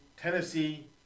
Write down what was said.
Tennessee